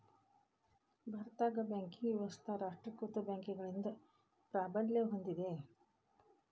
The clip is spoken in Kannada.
ಭಾರತದಾಗ ಬ್ಯಾಂಕಿಂಗ್ ವ್ಯವಸ್ಥಾ ರಾಷ್ಟ್ರೇಕೃತ ಬ್ಯಾಂಕ್ಗಳಿಂದ ಪ್ರಾಬಲ್ಯ ಹೊಂದೇದ